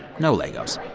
no legos.